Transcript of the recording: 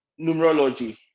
numerology